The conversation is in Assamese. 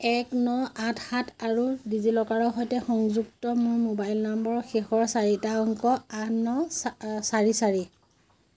এক ন আঠ সাত আৰু ডিজিলকাৰৰ সৈতে সংযুক্ত মোৰ মোবাইল নম্বৰৰ শেষৰ চাৰিটা অংক আঠ ন চাৰি চাৰি